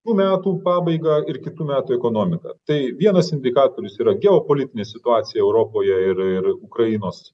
nu metų pabaigą ir kitų metų ekonomiką tai vienas indikatorius yra geopolitinė situacija europoje ir ir ukrainos